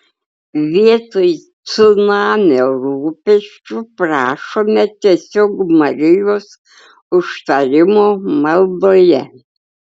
vietoj cunamio rūpesčių prašome tiesiog marijos užtarimo maldoje